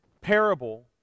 parable